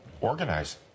organize